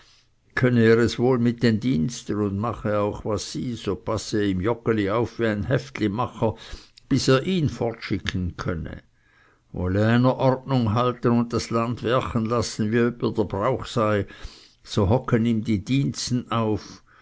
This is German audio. könne er es wohl mit den diensten und mache auch was sie so passe ihm joggeli auf wie ein häftlimacher bis er ihn fortschicken könne wolle einer ordnung halten und das land werchen lassen wie öppe der brauch sei so hocken ihm die diensten auf